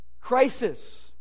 crisis